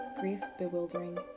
grief-bewildering